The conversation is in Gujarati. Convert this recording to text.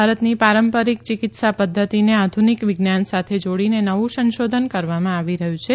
ભારતની પારંપારીક ચિકિત્સા પધ્ધતિને આધુનિક વિજ્ઞાન સાથે જોડીને નવું સંશોધન કરવામાં આવી રહ્યું છે